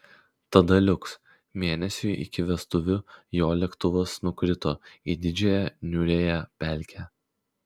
tada likus mėnesiui iki vestuvių jo lėktuvas nukrito į didžiąją niūriąją pelkę